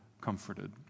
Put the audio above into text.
comforted